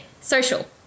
Social